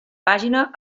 pàgina